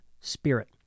spirit